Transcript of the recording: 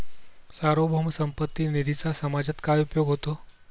सार्वभौम संपत्ती निधीचा समाजात काय उपयोग होतो?